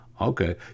okay